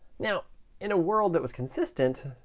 now in a world that was consistent,